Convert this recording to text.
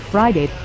Friday